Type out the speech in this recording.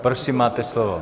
Prosím, máte slovo.